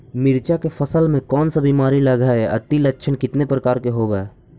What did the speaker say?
मीरचा के फसल मे कोन सा बीमारी लगहय, अती लक्षण कितने प्रकार के होब?